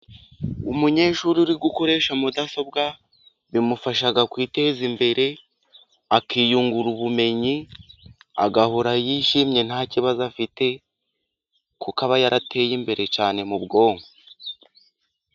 Umunyeshuri uri gukoresha mudasobwa bimufasha kwiteza imbere ,akiyungura ubumenyi agahora yishimye nta kibazo afite. Kuka aba yarateye imbere cyane mu bwonko.